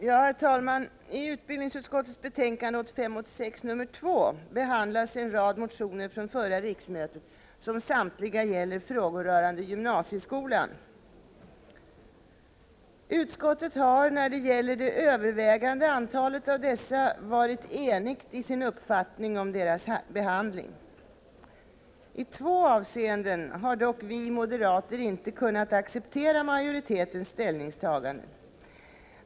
Herr talman! I utbildningsutskottets betänkande 1985/86:2 behandlas en rad motioner från förra riksmötet, som samtliga gäller frågor rörande gymnasieskolan. Utskottet har när det gäller det övervägande antalet av dessa motioner varit enigt i sin uppfattning om deras behandling. I två avseenden har dock vi moderater inte kunnat acceptera majoritetens ställningstaganden.